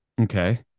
Okay